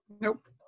Nope